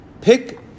pick